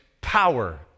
power